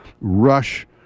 rush